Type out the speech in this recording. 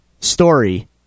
story